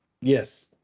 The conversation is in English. Yes